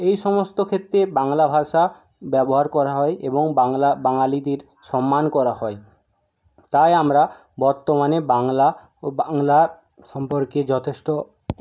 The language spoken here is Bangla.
এই সমস্ত ক্ষেত্রে বাংলা ভাষা ব্যবহার করা হয় এবং বাংলা বাঙালিদের সম্মান করা হয় তাই আমরা বর্তমানে বাংলা ও বাংলার সম্পর্কে যথেষ্ট